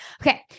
Okay